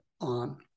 on